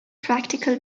practical